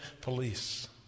police